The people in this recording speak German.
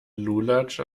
lulatsch